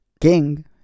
king